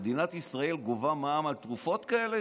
מדינת ישראל גובה מע"מ על תרופות כאלה?